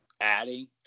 adding